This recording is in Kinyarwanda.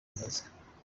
meza